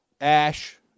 ash